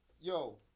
yo